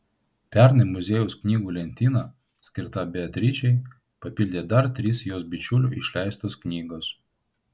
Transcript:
pernai muziejaus knygų lentyną skirtą beatričei papildė dar trys jos bičiulių išleistos knygos